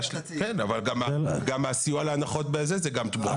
גם הסיוע להנחות, זה גם תמורה.